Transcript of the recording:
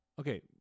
Okay